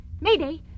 Mayday